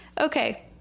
Okay